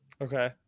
Okay